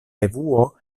revuo